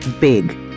big